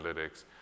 analytics